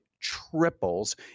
triples